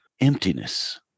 emptiness